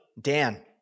Dan